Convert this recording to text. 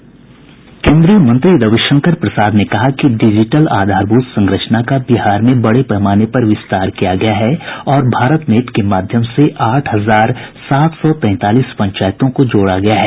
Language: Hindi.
केन्द्रीय मंत्री रवि शंकर प्रसाद ने कहा कि डिजिटल आधारभूत संरचना का बिहार में बड़े पैमाने पर विस्तार किया गया है और भारत नेट के माध्यम से आठ हजार सात सौ तैंतालीस पंचायतों को जोड़ा गया है